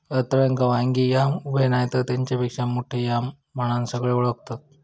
रताळ्याक वांगी याम, उबे नायतर तेच्यापेक्षा मोठो याम म्हणान सगळे ओळखतत